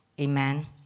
Amen